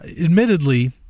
admittedly